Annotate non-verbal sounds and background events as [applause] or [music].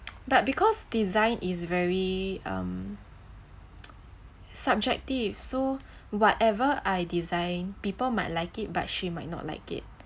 but because design is very um [noise] subjective so whatever I design people might like it but she might not like it